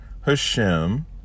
Hashem